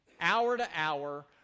hour-to-hour